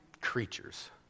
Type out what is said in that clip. creatures